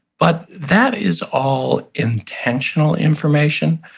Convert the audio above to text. but that is all intentional information.